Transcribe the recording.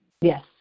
Yes